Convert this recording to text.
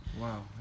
Wow